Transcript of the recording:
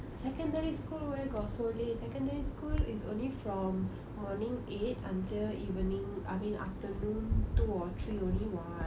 secondary school where got so late secondary school is only from morning eight until evening I mean afternoon two or three only what